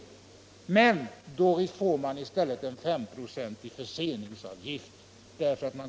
Men då får man i stället en femprocentig förseningsavgift.